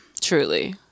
Truly